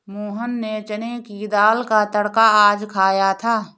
मोहन ने चने की दाल का तड़का आज खाया था